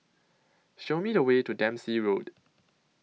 Show Me The Way to Dempsey Road